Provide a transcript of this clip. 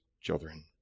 children